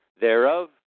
thereof